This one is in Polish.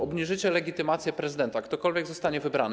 Obniżycie legitymację prezydenta, ktokolwiek zostanie wybrany.